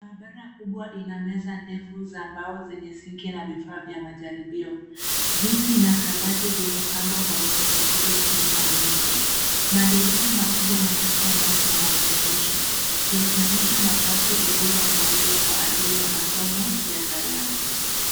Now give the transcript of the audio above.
Barabara kubwa ina meza ndefu za mbao zenye sinki na vifaa vya majaribio. Viti na kabati zimepangwa kwa utaratibu chini ya meza. Madirisha makubwa yanatoa mwanga wa kutosha, yakionyesha nafasi iliyoandaliwa kwa ajili ya masomo ya Sayansi.